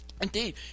Indeed